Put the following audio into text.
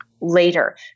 later